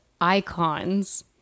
icons